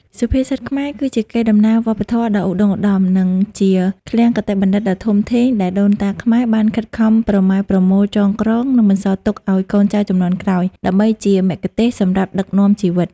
សុភាសិតខ្មែរ គឺជាកេរដំណែលវប្បធម៌ដ៏ឧត្តុង្គឧត្តម និងជាឃ្លាំងគតិបណ្ឌិតដ៏ធំធេង ដែលដូនតាខ្មែរបានខិតខំប្រមែប្រមូលចងក្រង និងបន្សល់ទុកឲ្យកូនចៅជំនាន់ក្រោយ ដើម្បីជាមគ្គុទ្ទេសក៍សម្រាប់ដឹកនាំជីវិត។